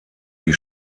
die